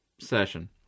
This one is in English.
session